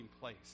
place